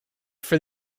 for